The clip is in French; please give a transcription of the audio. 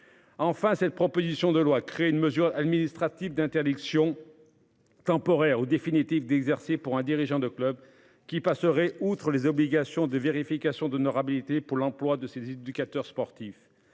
Enfin, cette proposition de loi crée une mesure administrative d'interdiction. Temporaire ou définitive d'exercer pour un dirigeant de club qui passeraient outre les obligations des vérifications d'honorabilité pour l'emploi de ces éducateurs sportifs.